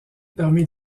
parmi